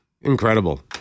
Incredible